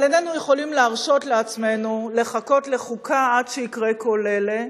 אבל איננו יכולים להרשות לעצמנו לחכות לחוקה עד שיקרו כל אלה,